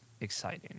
exciting